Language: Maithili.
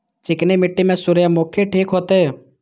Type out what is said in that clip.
चिकनी मिट्टी में सूर्यमुखी ठीक होते?